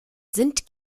sind